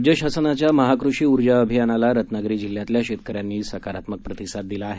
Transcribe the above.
राज्य शासनाच्या महाकृषी ऊर्जा अभियानाला रत्नागिरी जिल्ह्यातल्या शेतकऱ्यांनी सकारात्मक प्रतिसाद दिला आहे